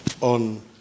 on